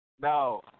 No